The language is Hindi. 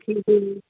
जी जी